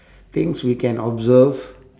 things we can observe